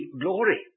glory